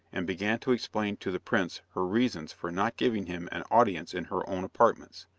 and began to explain to the prince her reasons for not giving him an audience in her own apartments.